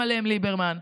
איים עליהם ליברמן.